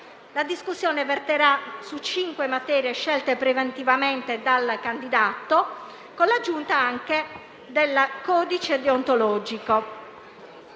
La discussione verterà su cinque materie scelte preventivamente dal candidato con l'aggiunta del codice deontologico.